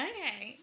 Okay